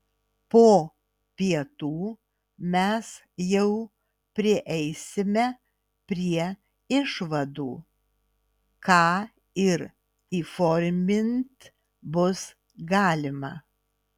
po pietų mes jau prieisime prie išvadų ką ir įformint bus galima